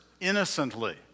innocently